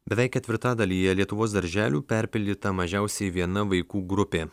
beveik ketvirtadalyje lietuvos darželių perpildyta mažiausiai viena vaikų grupė